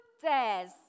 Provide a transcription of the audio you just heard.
dares